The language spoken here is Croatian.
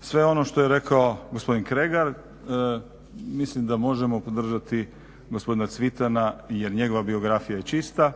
Sve ono što je rekao gospodin Kregar, mislim da možemo podržati gospodina Cvitana jer njegova biografija je čista,